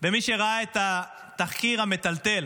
ומי שראה את התחקיר המטלטל